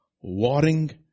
warring